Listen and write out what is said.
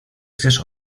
chcesz